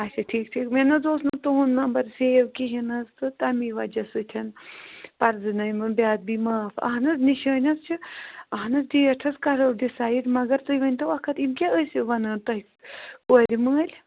اَچھا ٹھیٖک ٹھیٖک مےٚ حَظ اوس نہٕ تُہُنٛد نمبر سیٚو کہیٖنٛۍ نہَ حَظ تہٕ تمی وجہ سۭتۍ پرٛزٕنٲوم نہٕ بے اَدبی معاف اَہَن حَظ نِشٲنۍ حظ چھِ اَہَن حظ ڈیٹ حظ کرو ڈِسایڈ مگر تُہۍ ؤنۍتَو اکھ کتھ یِم کیٛاہ ٲسِو ونان تۄہہِ کورِ مٲلۍ